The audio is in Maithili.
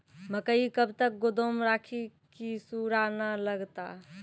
मकई कब तक गोदाम राखि की सूड़ा न लगता?